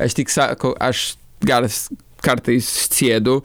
aš tik sako aš geras kartais sėdu